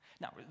Now